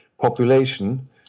population